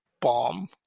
bomb